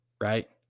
Right